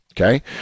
okay